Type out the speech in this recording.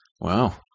Wow